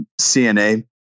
CNA